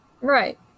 right